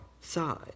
side